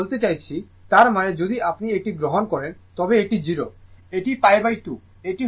আমি বলতে চাইছি তার মানে যদি আপনি এটি গ্রহণ করেন তবে এটি 0 এটি π2